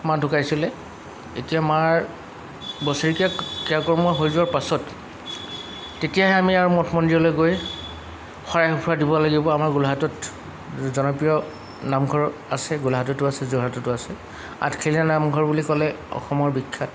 মা ঢুকাইছিলে এতিয়া মাৰ বছৰেকীয়া ক্ৰিয়া কৰ্ম হৈ যোৱাৰ পাছত তেতিয়াহে আমি আৰু মঠ মন্দিৰলৈ গৈ শৰাই সুঁফৰা দিব লাগিব আমাৰ গোলাঘাটত জনপ্ৰিয় নামঘৰ আছে গোলাঘাটতো আছে যোৰহাটতো আছে আঠখেলিয়া নামঘৰ বুলি ক'লে অসমৰ বিখ্যাত